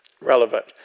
relevant